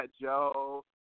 Joe